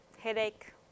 headache